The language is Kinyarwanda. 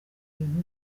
ibintu